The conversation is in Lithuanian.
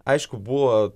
aišku buvo